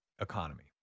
economy